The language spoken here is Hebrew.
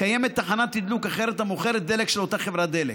קיימת תחנת תדלוק אחרת המוכרת דלק של אותה חברת דלק.